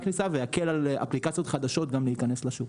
הכניסה ויקל על אפליקציות חדשות להיכנס לשוק.